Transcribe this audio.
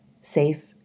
safe